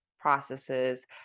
processes